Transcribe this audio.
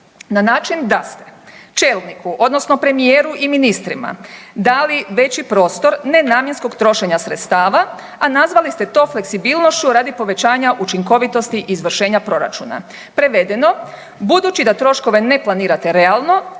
na način da ste čelniku odnosno premijeru i ministrima dali veći prostor nenamjenskog trošenja sredstava, a nazvali ste to fleksibilnošću radi povećanja učinkovitosti izvršenja proračuna. Prevedeno, budući da troškove ne planirate realno